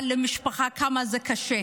אבל למשפחה, כמה זה קשה.